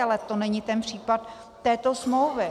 Ale to není případ této smlouvy.